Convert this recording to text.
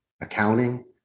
accounting